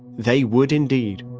they would indeed